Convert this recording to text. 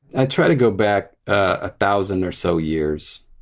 i try to go back a thousand or so years.